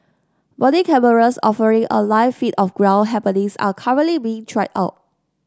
body cameras offering a live feed of ground happenings are currently being tried out